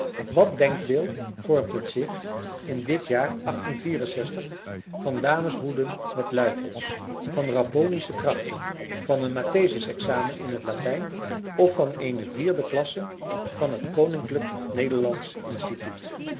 wat denkbeeld vormt het zich in dit jaar van dameshoeden met luifels van rapponische krachten van een mathesisexamen in het latijn of van eene vierde klasse van het koninklijk nederlandsch instituut